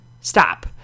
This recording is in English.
stop